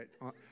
right